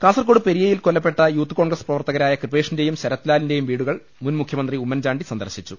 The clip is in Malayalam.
കാസർകോട് പെരിയയിൽ കൊല്ലപ്പെട്ട യൂത്ത് കോൺഗ്രസ് പ്രവർത്തകരായ കൃപേഷിന്റെയും ശരത്ലാലിന്റെയും വീടുകൾ മുൻമുഖ്യമന്ത്രി ഉമ്മൻചാണ്ടി സന്ദർശിച്ചു